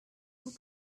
vous